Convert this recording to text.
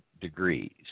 degrees